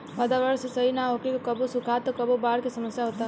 वातावरण के सही ना होखे से कबो सुखा त कबो बाढ़ के समस्या होता